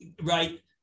right